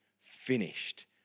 finished